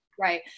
Right